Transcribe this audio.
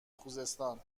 خوزستان